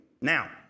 Now